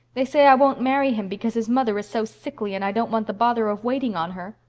they say i won't marry him because his mother is so sickly and i don't want the bother of waiting on her.